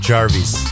Jarvis